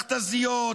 מכת"זיות,